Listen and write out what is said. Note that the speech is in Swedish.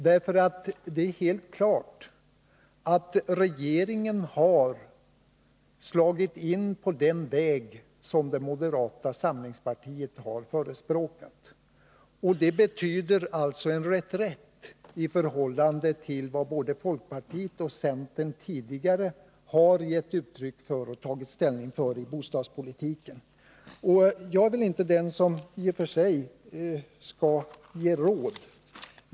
Det är nämligen helt klart att regeringen har slagit in på den väg som moderata samlingspartiet har förespråkat. Det betyder en reträtt i förhållande till vad både folkpartiet och centern tidigare har gett uttryck för och tagit ställning för i bostadspolitiken.